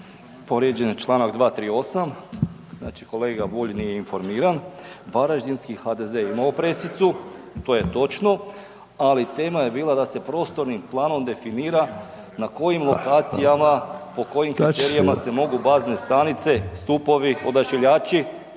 Povrijeđen je čl. 238., kolega Bulj nije informiran, varaždinski HDZ je imao pressicu, to je točno, ali tema je bila da se prostornim planom definira na kojim lokacijama, po kojim kriterijima se mogu bazne stanice stupovi, odašiljači,